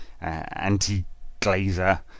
anti-glazer